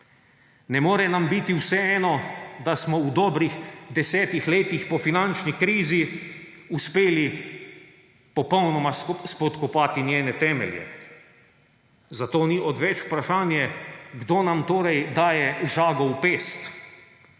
Ne more nam biti vseeno, da smo v dobrih desetih letih po finančnih krizi uspeli popolnoma spodkopati njene temelje. Zato ni odveč vprašanje, kdo nam torej daje žago v pest